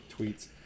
tweets